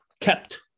kept